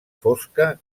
fosca